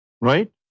right